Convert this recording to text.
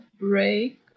break